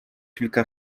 kilka